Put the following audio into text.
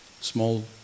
small